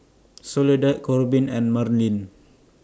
Soledad Korbin and Marlin